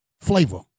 Flavor